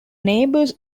neighbours